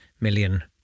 million